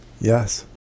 Yes